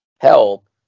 help